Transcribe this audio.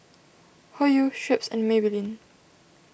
Hoyu Schweppes and Maybelline